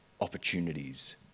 opportunities